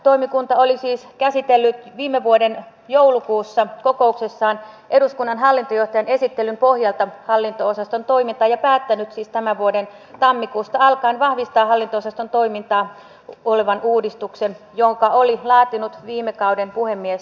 kansliatoimikunta oli siis käsitellyt viime vuoden joulukuussa kokouksessaan eduskunnan hallintojohtajan esittelyn pohjalta hallinto osaston toimintaa ja päättänyt siis tämän vuoden tammikuusta alkaen vahvistaa hallinto osaston toimintaa koskevan uudistuksen jonka oli laatinut viime kauden puhemiesneuvosto